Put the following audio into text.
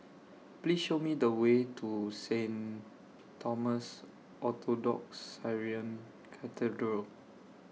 Please Show Me The Way to Saint Thomas Orthodox Syrian Cathedral